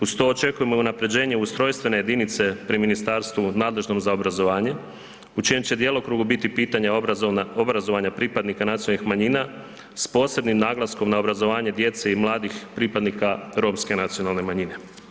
Uz to očekujemo unaprjeđenje ustrojstvene jedinice pri ministarstvu nadležnom za obrazovanje, u čijem će djelokrugu biti pitanja obrazovanja pripadnika nacionalnih manjina, s posebnim naglaskom na obrazovanje djece i mladih pripadnika romske nacionalne manjine.